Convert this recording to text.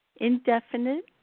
indefinite